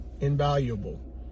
invaluable